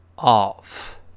off